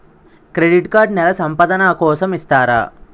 Credit card నెల సంపాదన కోసం ఇస్తారా?